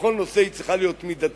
ובכל נושא היא צריכה להיות מידתית.